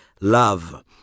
Love